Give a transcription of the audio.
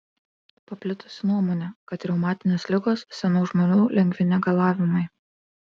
paplitusi nuomonė kad reumatinės ligos senų žmonių lengvi negalavimai